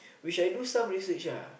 which I do some research lah